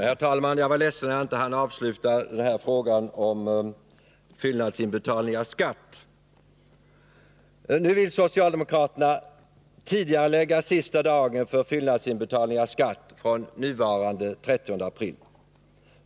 Herr talman! Jag är ledsen att jag inte hann avsluta frågan om fyllnadsinbetalning av skatt i mitt förra anförande. Socialdemokraterna vill tidigarelägga sista dagen, som nu är den 30 april, för fyllnadsinbetalning av skatt.